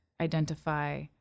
identify